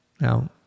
Now